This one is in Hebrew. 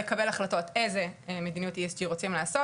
לקבל החלטות איזו מדיניות ESG רוצים לעשות,